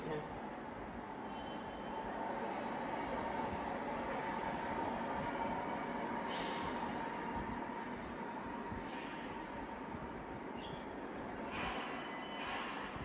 ya